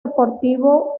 deportivo